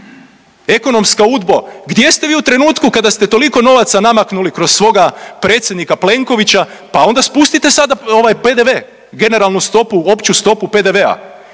Ekonomska UDBA-o, gdje ste vi u trenutku kad ste toliko novaca namaknuli kroz svoga predsjednika Plenkovića, pa onda spustite sada ovaj PDV, generalnu stopu, opću stopu PDV-a